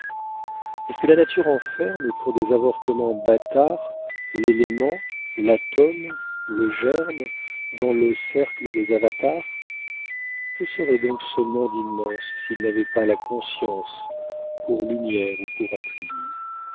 est-ce que la nature enferme pour des avortements bâtards l'élément l'atome le germe dans le cercle des avatars que serait donc ce monde immense s'il n'avait pas la conscience pour lumière et pour attribut